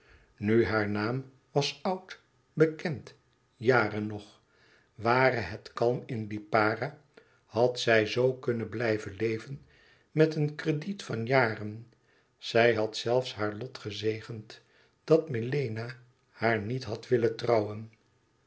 nu haar naam was oud bekend jaren nog ware het kalm in lipara had zij zoo kunnen blijven leven met een crediet van jaren zij had zelfs haar lot gezegend dat melena haar niet had willen trouwen